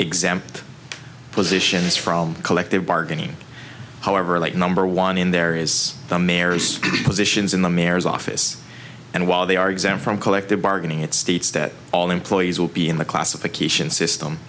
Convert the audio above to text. exempt positions from collective bargaining however like number one in there is the mayor's positions in the mayor's office and while they are exempt from collective bargaining it states that all employees will be in the classification system